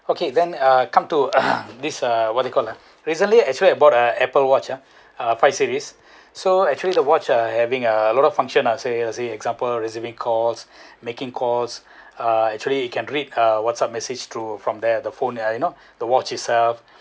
okay then uh come to this uh what you called ah recently actually I bought a Apple watch ah uh five series so actually the watch ah having a lot of function let's say let's say example receiving calls making calls uh actually you can read uh whatsapp message through from there the phone you know the watch itself